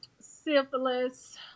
syphilis